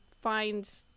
find